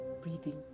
breathing